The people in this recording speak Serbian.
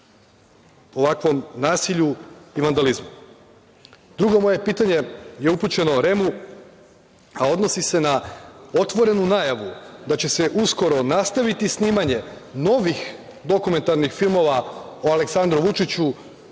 ovakvom nasilju i vandalizmu. Drugo moje pitanje je upućeno REM-u, a odnosi se na otvorenu najavu da će se uskoro nastaviti snimanje novih dokumentarnih filmova o Aleksandru Vučiću,